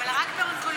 אבל רק באונקולוגיה.